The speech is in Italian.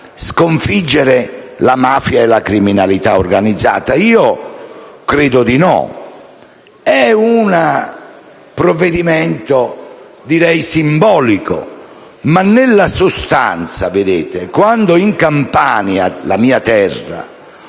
sconfiggere la mafia e la criminalità organizzata? Io credo di no. È un provvedimento simbolico, ma, nella sostanza, quando in Campania, la mia terra,